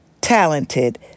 talented